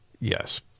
yes